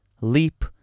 Leap